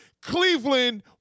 Cleveland